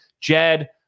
Jed